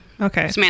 Okay